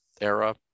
era